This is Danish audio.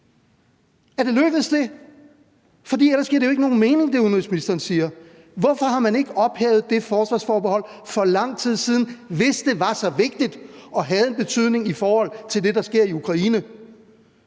Er det lykkedes? For ellers giver det, udenrigsministeren siger, jo ikke nogen mening. Hvorfor har man ikke ophævet det forsvarsforbehold for lang tid siden, hvis det var så vigtigt og havde en betydning i forhold til det, der sker i Ukraine?